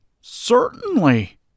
Certainly